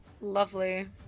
Lovely